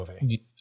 movie